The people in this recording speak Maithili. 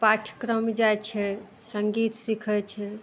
पाठ्यक्रम जाइ छै संगीत सीखय छै